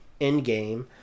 Endgame